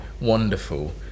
wonderful